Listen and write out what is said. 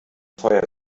feuer